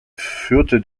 führte